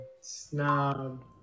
Snob